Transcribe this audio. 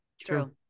true